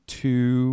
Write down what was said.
two